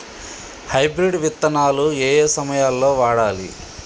Hybrid విత్తనాలు ఏయే సమయాల్లో వాడాలి?